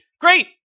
Great